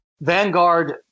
vanguard